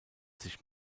sich